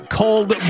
cold